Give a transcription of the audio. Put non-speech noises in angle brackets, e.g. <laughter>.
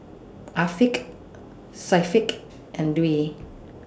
Afiq <noise> Syafiq and Dwi